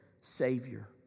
Savior